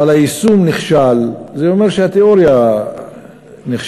אבל היישום נכשל, זה אומר שהתיאוריה נכשלת.